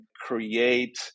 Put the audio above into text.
create